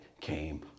came